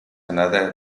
another